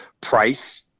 price